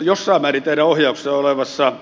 jossain määrin teidän ohjauksessanne olevassa